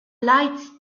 lights